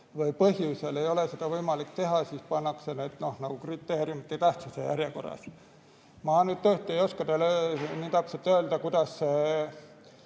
põhjusel ei ole seda võimalik teha, siis pannakse need, noh, nagu kriteeriumite tähtsuse järjekorras. Ma nüüd tõesti ei oska teile nii täpselt öelda, kuidas see